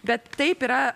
bet taip yra